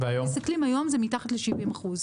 כשמסתכלים היום, זה מתחת ל-70%.